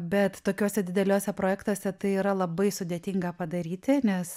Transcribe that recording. bet tokiuose dideliuose projektuose tai yra labai sudėtinga padaryti nes